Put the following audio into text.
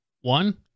one